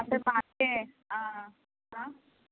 అంటే పార్థీ